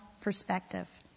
perspective